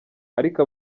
ariko